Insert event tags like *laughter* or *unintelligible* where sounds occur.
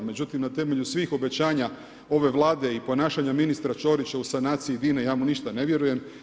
Međutim, na temelju svih obećanja ove Vlade i ponašanja ministra Ćorića u sanaciji, ... *unintelligible* ja mu ništa ne vjerujem.